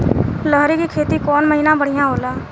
लहरी के खेती कौन महीना में बढ़िया होला?